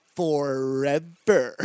forever